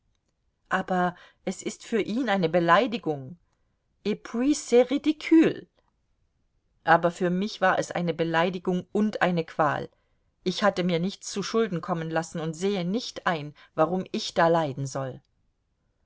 aber es ist für ihn eine beleidigung et puis c'est ridicule aber für mich war es eine beleidigung und eine qual ich hatte mir nichts zuschulden kommen lassen und sehe nicht ein warum ich da leiden soll